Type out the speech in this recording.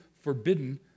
forbidden